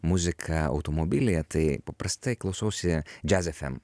muziką automobilyje tai paprastai klausausi džiaz fm